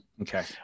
okay